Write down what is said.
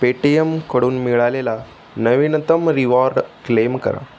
पेटीयमकडून मिळालेला नवीनतम reward claim करा